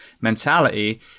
mentality